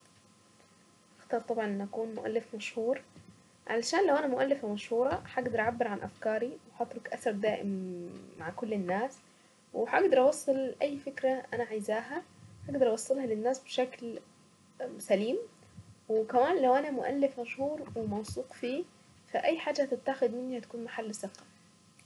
هختار طبعا اني اكون مؤلف مشهور، علشان لو انا مؤلفة مشهورة هقدر اعبر عن افكاري وهترك اثر دائم مع كل الناس، وهقدر اوصل اي فكرة انا عايزاها، اقدر اوصلها للناس بشكل سليم، وكمان لو انا مؤلف مشهور وموثوق فيه، فاي حاجة مني تكون محل ثقة.